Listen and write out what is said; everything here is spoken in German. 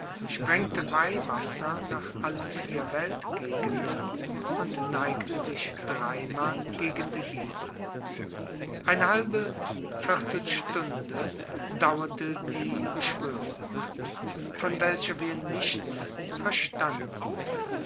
sprengte weihwasser nach allen vier weltgegenden und neigte sich dreimal gegen die bibel eine halbe viertelstunde dauerte die beschwörung von welcher wir nichts verstanden